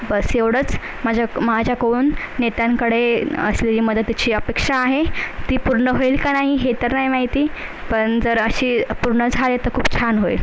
बस एवढंच माझ्या माझ्याकउन नेत्यांकडे असलेली मदतीची अपेक्षा आहे ती पूर्ण होईल का नाही हे तर नाही माहिती पण जर असे पूर्ण झाले तर खूप छान होईल